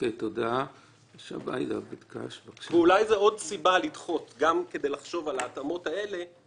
ואולי הצורך לחשוב על ההתאמות ביישוב הדעת הוא עוד סיבה לדחות.